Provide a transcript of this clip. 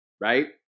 right